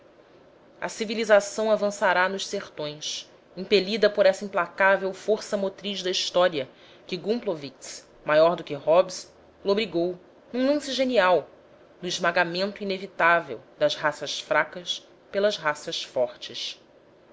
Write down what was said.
a civilização avançará nos sertões impelida por essa implacável força motriz da história que gumplowicz maior do que hobbes lobrigou num lance genial no esmagamento inevitável das raças fracas pelas raças fortes